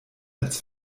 als